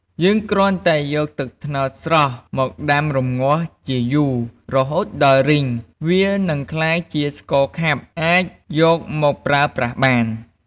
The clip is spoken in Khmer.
យើងគ្រាន់តែយកទឹកត្នោតស្រស់មកដាំរម្ងាស់ជាយូរ រហូតដល់រីង វានឹងក្លាយជាស្ករខាប់អាចយកមកប្រើប្រាស់បាន។